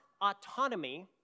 autonomy